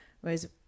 Whereas